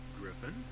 Griffin